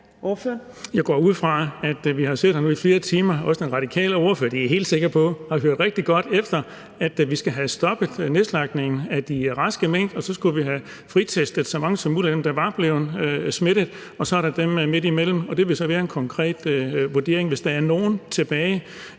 godt efter, går jeg ud fra – også den radikale ordfører, det er jeg sikker på – og hørt, at vi skal have stoppet nedslagtningen af de raske mink, og så skal vi have fritestet så mange som muligt af dem, der var blevet smittet, og så er der dem midtimellem, og det vil så være en konkret vurdering. Hvis der er nogen tilbage